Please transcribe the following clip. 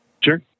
Sure